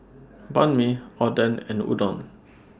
Banh MI Oden and Udon